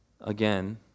again